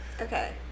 Okay